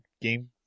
game